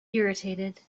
irritated